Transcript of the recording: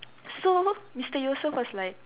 so Mister Yusoff was like